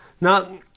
Now